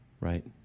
Right